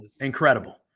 Incredible